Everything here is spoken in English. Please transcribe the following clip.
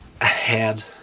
ahead